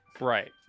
Right